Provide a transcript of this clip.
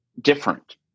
different